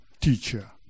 teacher